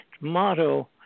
motto